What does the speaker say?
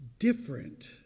different